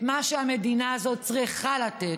את מה שהמדינה הזאת צריכה לתת: